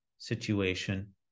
situation